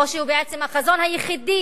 או שהוא בעצם החזון היחידי